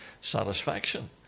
satisfaction